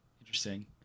Interesting